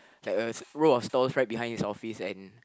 like a row of stalls right behind his office and